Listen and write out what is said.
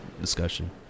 discussion